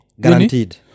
guaranteed